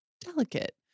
delicate